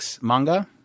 manga